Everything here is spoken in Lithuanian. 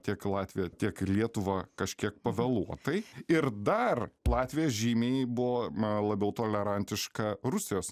tiek į latviją tiek ir į lietuvą kažkiek pavėluotai ir dar latvija žymiai buvo na labiau tolerantiška rusijos